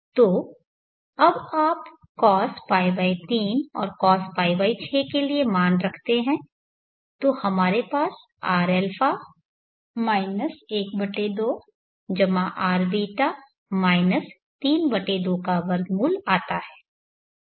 तो अब जब आप cos π3 और cos π6 के लिए मान रखते हैं तो हमारे पास rα 12 rβ √3 2 आता है